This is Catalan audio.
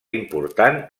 important